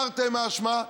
תרתי משמע,